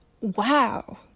Wow